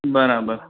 બરાબર